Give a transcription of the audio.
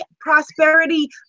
prosperity